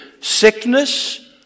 sickness